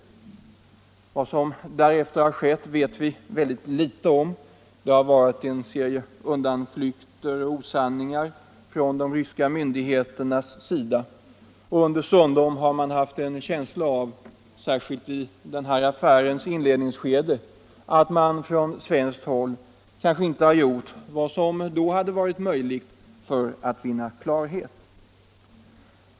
Vad som därefter har skett vet vi väldigt litet om. Det har varit en serie av undanflykter och osanningar från de ryska myndigheternas sida och understundom har man haft en känsla av, särskilt i den här affärens inledningsskede, att det från svenskt håll kanske inte har gjorts vad som ändå varit möjligt för att vinna klarhet.